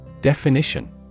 Definition